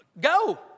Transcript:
Go